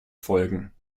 folgen